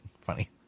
Funny